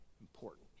important